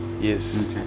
Yes